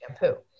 shampoo